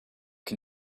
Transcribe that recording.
can